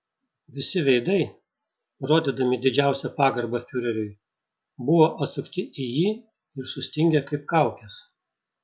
visi veidai rodydami didžiausią pagarbą fiureriui buvo atsukti į jį ir sustingę kaip kaukės